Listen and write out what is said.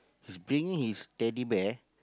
he's bringing his Teddy Bear